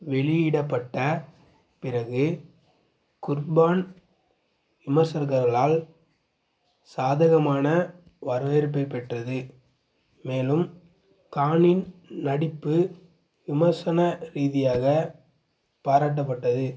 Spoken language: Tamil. வெளியிடப்பட்ட பிறகு குர்பான் விமர்சகர்களால் சாதகமான வரவேற்பைப் பெற்றது மேலும் கானின் நடிப்பு விமர்சன ரீதியாக பாராட்டப்பட்டது